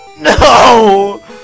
No